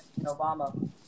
Obama